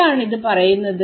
എന്താണ് ഇത് പറയുന്നത്